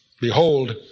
Behold